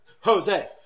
Jose